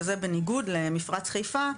וזה בניגוד למפרץ חיפה,